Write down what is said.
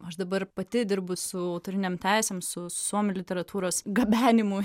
aš dabar pati dirbu su autorinėm teisėm su suomių literatūros gabenimu